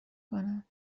کنم